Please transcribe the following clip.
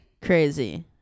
crazy